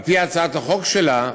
על-פי הצעת החוק שלה,